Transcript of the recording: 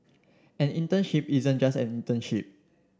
an internship isn't just an internship